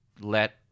let